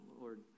Lord